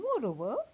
Moreover